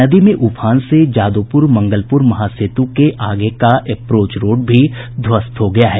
नदी में उफान से जादोपुर मंगलपुर महासेतु के आगे का एप्रोच रोड भी ध्वस्त हो गया है